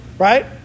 Right